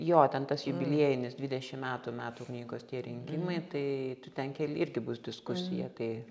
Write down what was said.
jo ten tas jubiliejinis dvidešim metų metų knygos tie rinkimai tai tu ten keli irgi bus diskusija tai